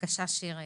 בבקשה שיר היקרה.